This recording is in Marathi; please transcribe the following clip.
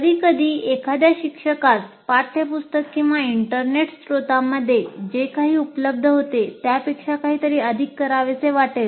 कधीकधी एखाद्या शिक्षकास पाठ्यपुस्तक किंवा इंटरनेट स्त्रोतामध्ये जे काही उपलब्ध होते त्यापेक्षा काहीतरी अधिक करावेसे वाटेल